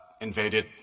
invaded